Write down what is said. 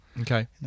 Okay